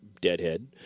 deadhead